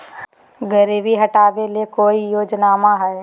गरीबी हटबे ले कोई योजनामा हय?